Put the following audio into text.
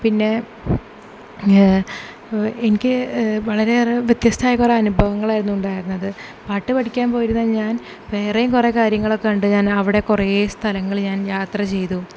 പിന്നെ എനിക്ക് വളരെയേറെ വ്യത്യസ്ത്തമായ കുറേ അനുഭവങ്ങളായിരുന്നു ഉണ്ടായിരുന്നത് പാട്ട് പഠിക്കാൻ പോയിരുന്ന ഞാൻ വേറെയും കുറെ കാര്യങ്ങളൊക്കെ ഉണ്ട് ഞാൻ അവിടെ കുറെ സ്ഥലങ്ങൾ ഞാൻ യാത്ര ചെയ്തു